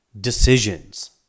decisions